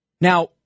Now